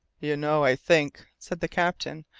you know, i think, said the captain,